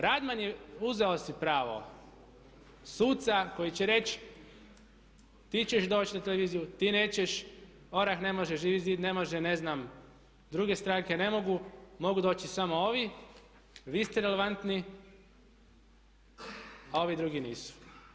Radman je uzeo si pravo suca koji će reći ti ćeš doći na televiziju, ti nećeš, ORAH ne može, Živi zid ne može, ne znam druge stranke ne mogu, mogu doći samo ovi, vi ste relevantni a ovi drugi nisu.